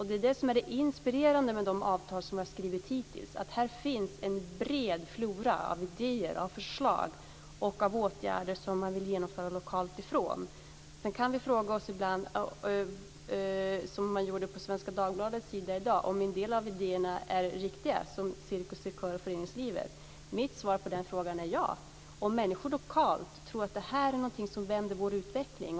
Det som är inspirerande med de avtal som har skrivit hittills är att det här finns en bred flora av idéer, förslag och åtgärder som man vill genomföra på lokal nivå. Sedan kan vi ibland fråga oss, som man gjorde i Svenska Dagbladet i dag, om en del av idéerna i föreningslivet är riktiga, som Cirkus Cirkör. Mitt svar på den frågan är: Ja, om människor lokalt tror att det här är någonting som vänder vår utveckling.